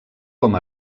com